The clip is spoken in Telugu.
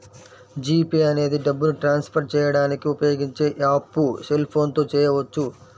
జీ పే అనేది డబ్బుని ట్రాన్స్ ఫర్ చేయడానికి ఉపయోగించే యాప్పు సెల్ ఫోన్ తో చేయవచ్చు